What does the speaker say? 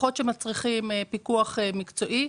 פחות מצריכים פיקוח מקצועי,